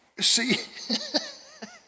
See